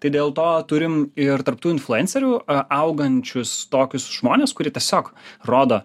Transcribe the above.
tai dėl to turim ir tarp tų influencerių augančius tokius žmones kurie tiesiog rodo